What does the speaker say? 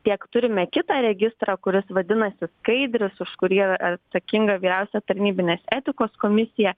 tiek turime kitą registrą kuris vadinasi skaidris už kurį ir atsakinga vyriausia tarnybinės etikos komisija